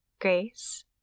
Grace